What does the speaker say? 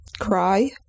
cry